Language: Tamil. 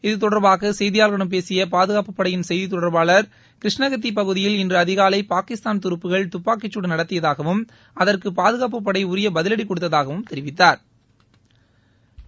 இது தொடர்பாக செய்தியாளர்களிடம் பேசிய பாதுகாப்புப்படையின் செய்தி தொடர்பாளர் கிருஷ்ணகத்தி பகுதியில் இன்று அதிகாலை பாகிஸ்தான் துருப்புகள் துப்பாக்கி சூடு நடத்தியதாகவும் அதற்கு பாதுகாப்புபடை உரிய பதிலடி கொடுத்ததாகவும் தெரிவித்தாா்